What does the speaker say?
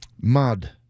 Mud